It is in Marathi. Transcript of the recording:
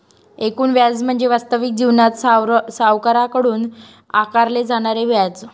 एकूण व्याज म्हणजे वास्तविक जीवनात सावकाराकडून आकारले जाणारे व्याज